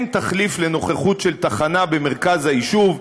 אין תחליף לנוכחות של תחנה במרכז היישוב,